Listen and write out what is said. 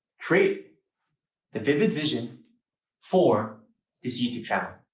create the vivid vision for this youtube channel.